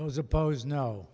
was opposed no